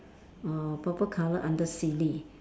uh purple colour under silly